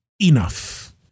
enough